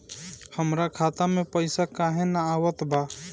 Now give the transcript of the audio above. हमरा खाता में पइसा काहे ना आवत बा?